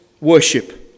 worship